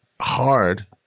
hard